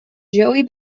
joey